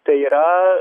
tai yra